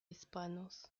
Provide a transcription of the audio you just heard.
hispanos